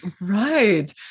Right